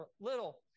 little